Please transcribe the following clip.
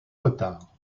retard